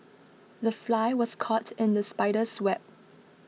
the fly was caught in the spider's web